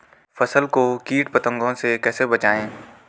फसल को कीट पतंगों से कैसे बचाएं?